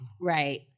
right